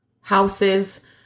houses